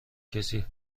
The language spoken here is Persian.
کسی